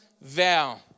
vow